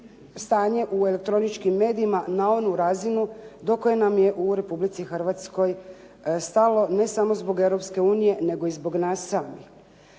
stanje u elektroničkim medijima na onu razinu do koje nam je u Republici Hrvatskoj stalo, ne samo zbog Europske unije, nego i zbog nas samih.